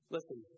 Listen